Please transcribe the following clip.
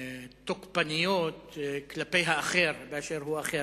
ותוקפניות כלפי האחר באשר הוא אחר.